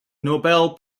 nobel